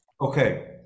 Okay